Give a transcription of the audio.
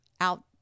out